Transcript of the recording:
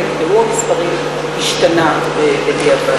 השתנה, בדיעבד?